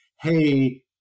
hey